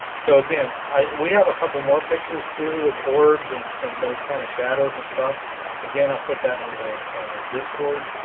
so again i we have a couple more pictures too with orbs and and those kind of shadows and stuff again i'll put that in the discord